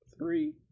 three